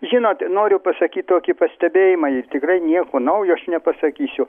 žinot noriu pasakyt tokie pastebėjimą tikrai nieko naujo aš nepasakysiu